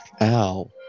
Ow